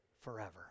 forever